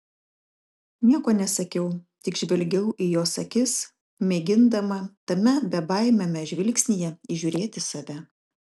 nieko nesakiau tik žvelgiau į jos akis mėgindama tame bebaimiame žvilgsnyje įžiūrėti save